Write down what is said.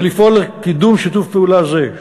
ולפעול לקידום שיתוף פעולה זה,